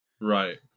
Right